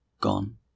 gone